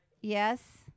Yes